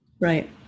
Right